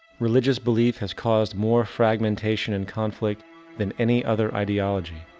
religious belief has caused more fragmentation and conflict than any other ideology.